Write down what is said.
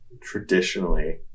traditionally